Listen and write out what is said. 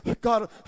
god